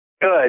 Good